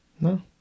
No